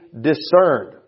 discerned